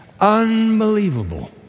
Unbelievable